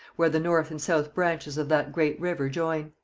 where the north and south branches of that great river join.